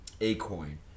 A-Coin